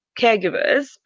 caregivers